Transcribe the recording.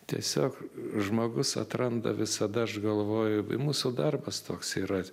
tiesiog žmogus atranda visada aš galvoju mūsų darbas toks yra